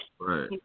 Right